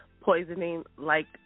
poisoning-like